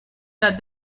that